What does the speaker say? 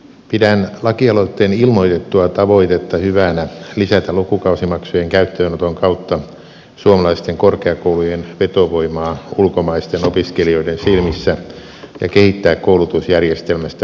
pidän hyvänä lakialoitteessa ilmoitettua tavoitetta lisätä lukukausimaksujen käyttöönoton kautta suomalaisten korkeakoulujen vetovoimaa ulkomaisten opiskelijoiden silmissä ja kehittää koulutusjärjestelmästämme vientituote